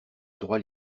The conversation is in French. droit